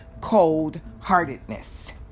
cold-heartedness